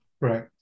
Right